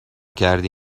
کردی